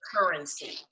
currency